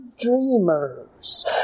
dreamers